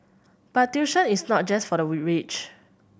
but tuition is not just for the rich